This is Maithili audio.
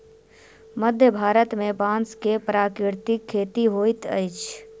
मध्य भारत में बांस के प्राकृतिक खेती होइत अछि